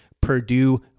Purdue